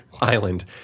island